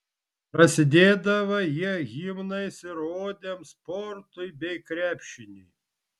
prasidėdavo jie himnais ir odėm sportui bei krepšiniui